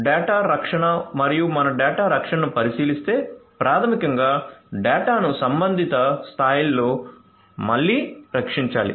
data రక్షణ మరియు మనం డేటా రక్షణను పరిశీలిస్తే ప్రాథమికంగా డేటాను సంబంధిత స్థాయిలలో మళ్ళీ రక్షించాలి